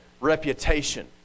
reputation